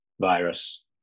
virus